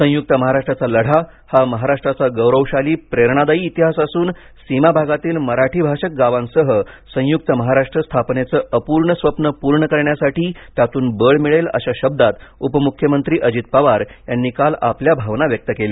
संयुक्त महाराष्ट्राचा लढा हा महाराष्ट्राचा गौरवशाली प्रेरणादायी इतिहास असून सीमाभागातील मराठीभाषक गावांसह संयुक्त महाराष्ट्र स्थापनेचं अपूर्ण स्वप्न पूर्ण करण्यासाठी त्यातून बळ मिळेल अशा शब्दांत उपमुख्यमंत्री अजित पवार यांनी काल आपल्या भावना व्यक्त केल्या